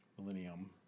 Millennium